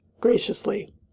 graciously